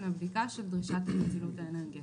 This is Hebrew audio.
הבדיקה של דרישת הנצילות האנרגטית,"